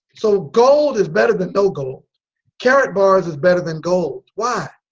so gold is better than no gold karatbars is better than gold why?